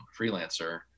freelancer